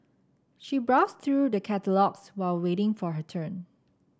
she browsed through the catalogues while waiting for her turn